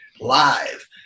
live